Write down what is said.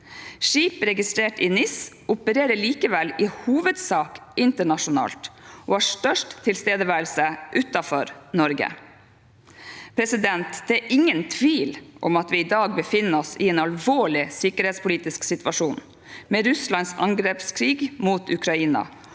Skip registrert i NIS opererer likevel i hovedsak internasjonalt og har størst tilstedeværelse utenfor Norge. Det er ingen tvil om at vi i dag befinner oss i en alvorlig sikkerhetspolitisk situasjon, med Russlands angrepskrig mot Ukraina,